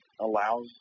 allows